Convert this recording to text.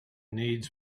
needs